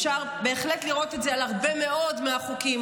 אפשר בהחלט לראות את זה על הרבה מאוד מהחוקים